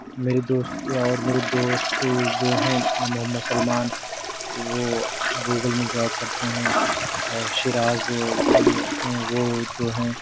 میری دوست اور میری دوست جو ہیں محمد سلمان وہ گوگل میں جاب کرتے ہیں اور شیراز ہے ہیں وہ جو ہیں